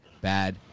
bad